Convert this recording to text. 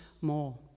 more